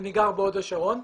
אני גר בהוד השרון.